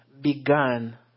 began